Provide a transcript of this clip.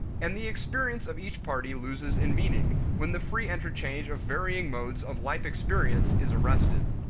and the experience of each party loses in meaning, when the free interchange of varying modes of life-experience is arrested.